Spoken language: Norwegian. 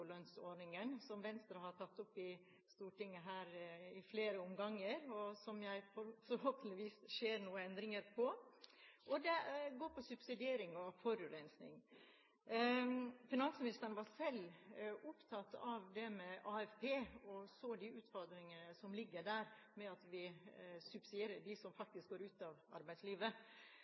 som Venstre har tatt opp i Stortinget i flere omganger, og som det forhåpentligvis skjer noen endringer med. Det går også på subsidiering og forurensning. Finansministeren var selv opptatt av det med AFP, og så de utfordringene som ligger der ved at vi subsidierer dem som faktisk går ut av arbeidslivet.